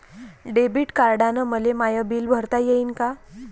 Debit कार्डानं मले माय बिल भरता येईन का?